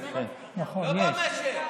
נכון, יש,